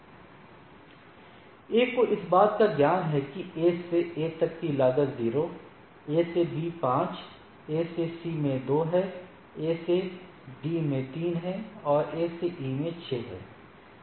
A को इस बात का ज्ञान है कि A से A तक की लागत 0 से A से B 5 है A से C में 2 है A से D में 3 है और A से E में 6 है